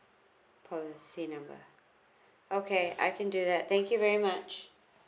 policy number okay I can do that thank you very much